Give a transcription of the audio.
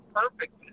perfect